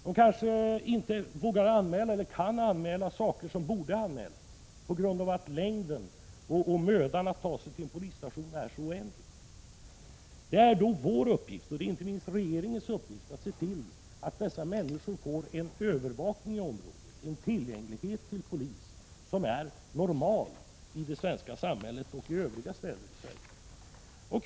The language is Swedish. De kanske inte vågar eller kan anmäla sådant som borde anmälas, på grund av att avståndet till och mödan att ta sig till en polisstation är så oändliga. Det är då en uppgift inte minst för regeringen att se till att dessa människor får en sådan övervakning och tillgänglighet till polis i området som är normal i det svenska samhället och övriga städer i Sverige.